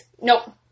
Nope